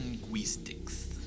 linguistics